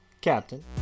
captain